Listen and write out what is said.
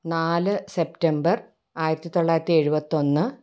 നാല് സെപ്റ്റംബർ ആയിരത്തി തൊള്ളായിരത്തി എഴുപത്തി ഒന്ന്